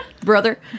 Brother